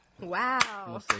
Wow